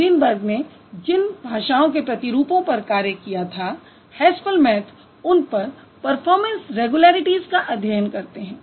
Greenberg ने जिन भाषाओं के प्रतिरूपों पर कार्य किया था हैसपैलमैथ उन पर परफॉरमैंस रैग्युलैरिटीज़ का अध्ययन करते हैं